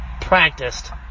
practiced